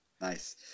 Nice